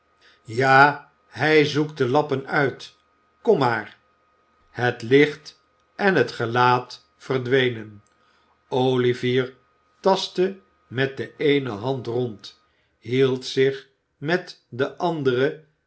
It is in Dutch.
ja hij zoekt de lappen uit kom maar het licht en het gelaat verdwenen olivier tastte met de eene hand rond hield zich met de andere